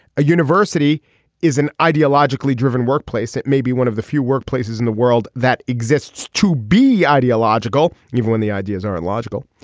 a university is an ideologically driven workplace that may be one of the few workplaces in the world that exists to be ideological. and even when the ideas aren't logical.